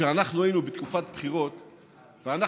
שכשאנחנו היינו בתקופת בחירות אנחנו,